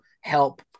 help